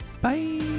Bye